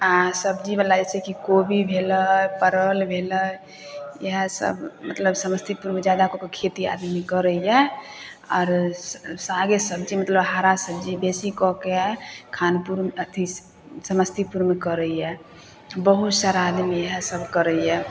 आ सब्जी बला जैसेकि कोबी भेलै परबल भेलै इएह सब मतलब समस्तीपुरमे जादा कऽ के खेती आदमी करैया आर सागे सब्जी मतलब हरा सब्जी बेसी कऽ के खानपुर अथी समस्तीपुरमे करैया बहुत सारा आदमी इएह सब करैया